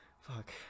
Fuck